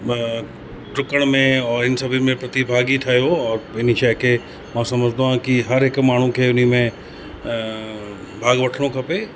डुकण में और इन सभिनि में प्रतिभागी ठहियो और हिन शइ खे मां सम्झंदो आहियां की हर हिक माण्हू खे इन में भाग वठिणो खपे